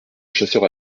chasseurs